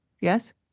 Yes